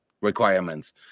requirements